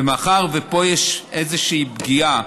ומאחר שפה יש איזושהי פגיעה